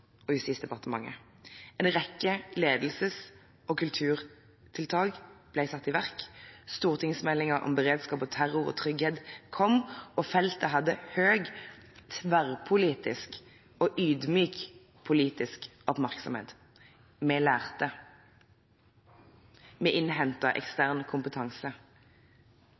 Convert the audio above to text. og Justisdepartementet, en rekke ledelses- og kulturtiltak ble satt i verk, stortingsmeldingen om beredskap, terror og trygghet kom, og feltet hadde høy tverrpolitisk og ydmyk politisk oppmerksomhet. Vi lærte, vi innhentet ekstern kompetanse,